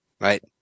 right